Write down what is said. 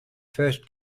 first